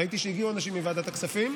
ראיתי שהגיעו אנשים מוועדת הכספים.